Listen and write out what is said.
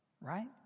right